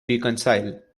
reconcile